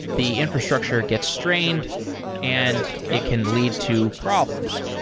the infrastructure gets strained and it can lead to problems.